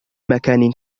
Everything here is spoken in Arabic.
مكان